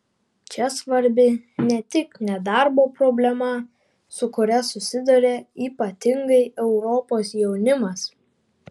čia svarbi ne tik nedarbo problema su kuria susiduria ypatingai europos jaunimas